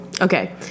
Okay